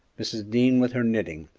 mrs. dean with her knitting,